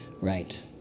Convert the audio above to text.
Right